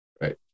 Right